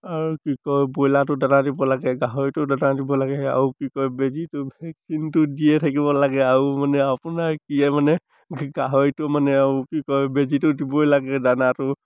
আৰু কি কয় ব্ৰইলাৰটো দানা দিব লাগে গাহৰিটো দানা দিব লাগে আৰু কি কয় বেজীটো ভেকচিনটো দিয়ে থাকিব লাগে আৰু মানে আপোনাৰ কি মানে গাহৰিটো মানে আৰু কি কয় বেজীটো দিবই লাগে দানাটো